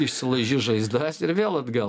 išsilaižys žaizdas ir vėl atgal